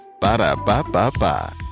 Ba-da-ba-ba-ba